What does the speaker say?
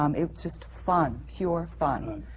um it's just fun, pure fun.